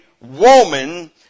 woman